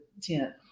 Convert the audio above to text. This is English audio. tent